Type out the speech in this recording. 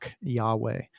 Yahweh